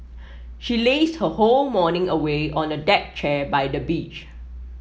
she lazed her whole morning away on a deck chair by the beach